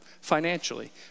financially